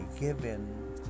given